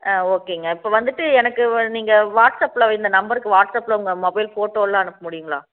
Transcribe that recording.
ஆ ஓகேங்க இப்போ வந்துட்டு எனக்கு வ நீங்கள் வாட்ஸ்ஆப்பில் வ இந்த நம்பருக்கு வாட்ஸ்ஆப்பில் உங்கள் மொபைல் ஃபோட்டோயெலாம் அனுப்ப முடியுங்களா